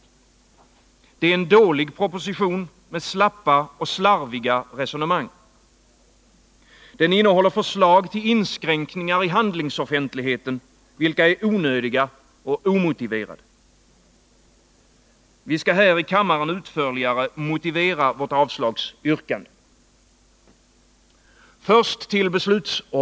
Det är en dålig proposition med slappa och slarviga resonemang. Den innehåller förslag till inskränkningar i handlingsoffentligheten, vilka är onödiga och omotiverade. Vi skall här i kammaren mer utförligt motivera vårt avslagsyrkande.